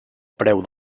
preu